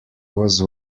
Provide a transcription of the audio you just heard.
was